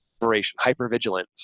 hypervigilance